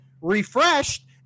refreshed